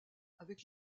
avec